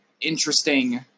Interesting